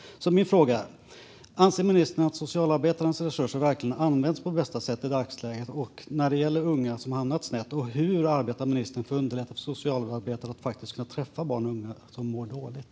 Min fråga är: Anser ministern att socialarbetarnas resurser verkligen används på bästa sätt i dagsläget när det gäller unga som har hamnat snett? Hur arbetar ministern för att underlätta för socialarbetare att kunna träffa barn och unga som mår dåligt?